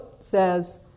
says